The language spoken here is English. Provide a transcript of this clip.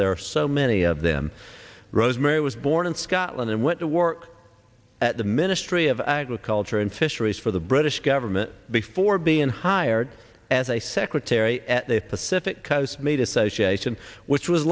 there are so many of them rosemary was born in scotland and went to work at the ministry of agriculture and fisheries for the british government before being hired as a secretary at the pacific coast made association which was